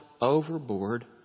overboard